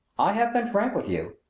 i have been frank with you.